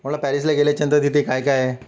म्हटलं पॅरिसला गेल्याच्यानंतर तिथे काय काय